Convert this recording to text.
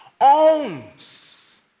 owns